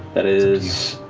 that is